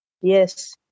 Yes